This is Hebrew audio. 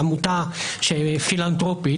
עמותה פילנתרופית